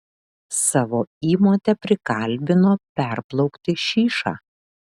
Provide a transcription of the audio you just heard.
savo įmotę prikalbino perplaukti šyšą